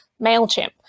MailChimp